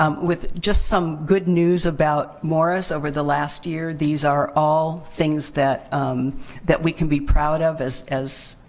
um with just some good news about morris over the last year. these are all things that that we can be proud of, as as